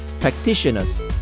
practitioners